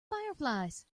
fireflies